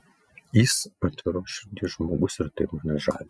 jis atviros širdies žmogus ir tai mane žavi